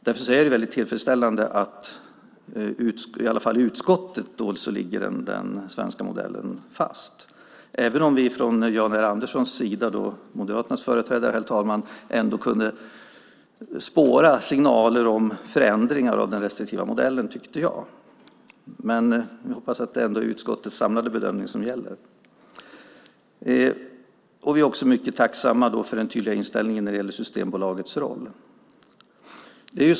Därför är det väldigt tillfredsställande att den svenska modellen i alla fall ligger fast i utskottet, även om vi från Jan R Anderssons sida, Moderaternas företrädare, ändå kunde spåra signaler om förändringar av den restriktiva modellen. Men vi hoppas att det är utskottets samlade bedömning som gäller. Vi är också mycket tacksamma för den tydliga inställningen när det gäller Systembolagets roll.